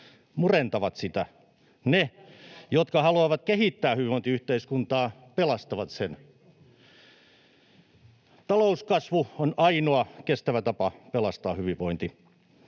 vastustatte!] Ne, jotka haluavat kehittää hyvinvointiyhteiskuntaa, pelastavat sen. Talouskasvu on ainoa kestävä tapa pelastaa hyvinvointi.